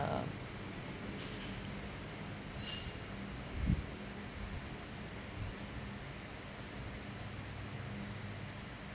um